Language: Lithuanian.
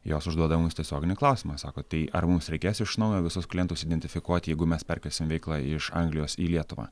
jos užduoda mums tiesioginį klausimą sako tai ar mums reikės iš naujo visus klientus identifikuoti jeigu mes perkelsim veiklą iš anglijos į lietuvą